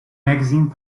magazine